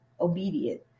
obedient